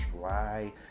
try